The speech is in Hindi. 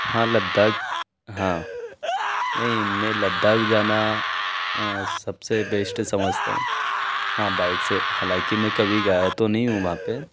हाँ लद्दाख़ हाँ नहीं मैं लद्दाख़ जाना सब से बेश्ट समझता हूँ हाँ बाइक से हालांकि मैं कभी गाया तो नहीं हूँ वहाँ पर